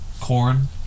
Corn